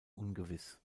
ungewiss